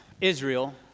Israel